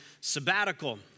sabbatical